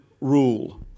rule